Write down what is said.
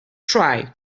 try